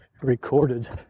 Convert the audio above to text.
recorded